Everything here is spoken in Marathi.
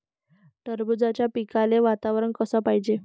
टरबूजाच्या पिकाले वातावरन कस पायजे?